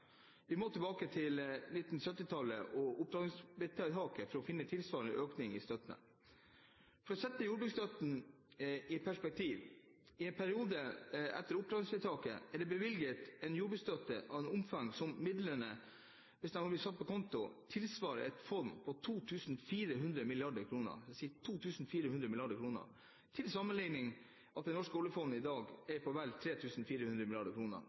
Vi må tilbake til 1970-tallet og opptrappingsvedtaket for å finne en tilsvarende økning i støtte. For å sette jordbruksstøtten i perspektiv: I en periode etter opptrappingsvedtaket er det bevilget en jordbruksstøtte i et omfang som – om midlene hadde blitt satt på konto – tilsvarer et fond på 2 400 mrd. kr. Til sammenligning er det norske oljefondet i dag på vel